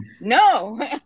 No